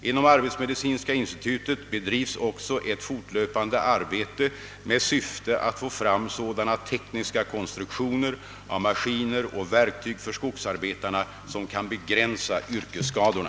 Inom arbetsmedicinska institutet bedrivs också ett fortlöpande arbete med syfte att få fram sådana tekniska konstruktioner av maskiner och verktyg för skogsarbetet som kan begränsa yrkesskadorna.